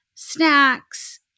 snacks